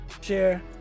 share